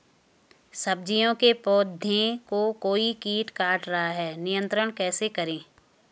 सब्जियों के पौधें को कोई कीट काट रहा है नियंत्रण कैसे करें?